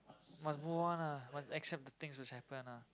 must move on ah must accept the things which happen ah